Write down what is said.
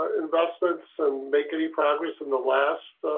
ah invested so make any progress in the last.